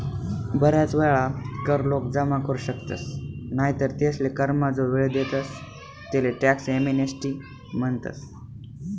बराच वेळा कर लोक जमा करू शकतस नाही तर तेसले करमा जो वेळ देतस तेले टॅक्स एमनेस्टी म्हणतस